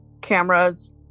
cameras